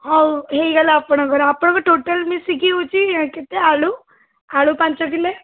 ହଉ ହେଇଗଲା ଆପଣଙ୍କର ଆପଣଙ୍କର ଟୋଟାଲ୍ ମିଶିକି ହେଉଛି କେତେ ଆଳୁ ଆଳୁ ପାଞ୍ଚ କିଲୋ